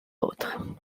autre